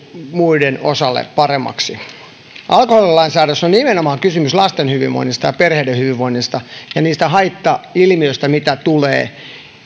muiden osalle paremmaksi alkoholilainsäädännössä on nimenomaan kysymys lasten hyvinvoinnista ja perheiden hyvinvoinnista ja niistä haittailmiöistä mitä tulee